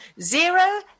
zero